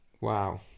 wow